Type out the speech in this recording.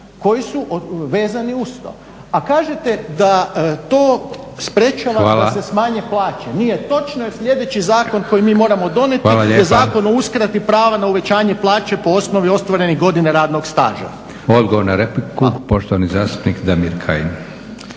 koji su vezani uz to. A kažete da to sprječava da se smanje plaće, nije točno jer sljedeći zakon koji mi moramo donijeti je Zakon o uskrati prava na uvećanje plaće po osnovi ostvarenih godina radnog staža. **Leko, Josip (SDP)** Odgovor na repliku poštovani zastupnik Damir Kajin.